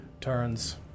turns